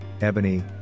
ebony